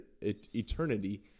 eternity